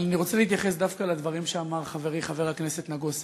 אני רוצה להתייחס דווקא לדברים שאמר חברי חבר הכנסת נגוסה,